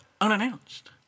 unannounced